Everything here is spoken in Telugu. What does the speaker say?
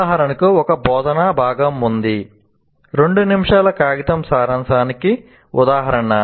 ఉదాహరణకు ఒక బోధనా భాగం ఉంది 2 నిమిషాల కాగితం సారాంశానికి ఉదాహరణ